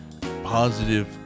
positive